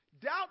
Doubt